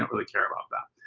um really care about that.